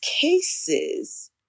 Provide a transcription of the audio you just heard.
cases